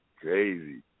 Crazy